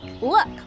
Look